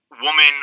woman